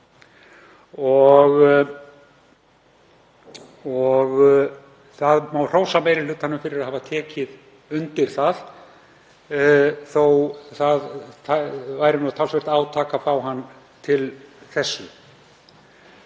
Það má hrósa meiri hlutanum fyrir að hafa tekið undir það þótt það væri talsvert átak að fá hann til þess.